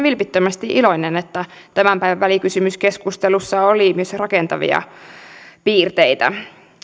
vilpittömästi iloinen että tämän päivän välikysymyskeskustelussa oli myös rakentavia piirteitä